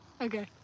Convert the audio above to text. Okay